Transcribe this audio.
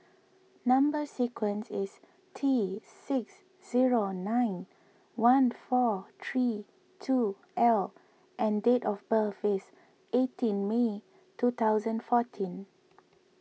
Number Sequence is T six zero nine one four three two L and date of birth is eighteen May two thousand fourteen